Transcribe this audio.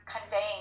conveying